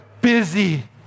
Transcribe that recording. busy